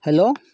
hello